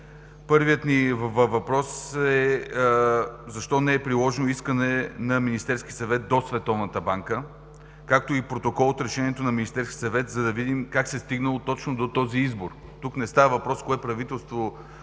Първият ни въпрос е, защо не е приложено искане на Министерския съвет до Световната банка, както и протокол от решението на Министерския съвет, за да видим как се е стигнало точно до този избор? Тук не става въпрос кое правителство